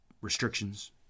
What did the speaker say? restrictions